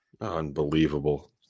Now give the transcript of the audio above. Unbelievable